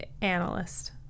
analyst